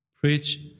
preach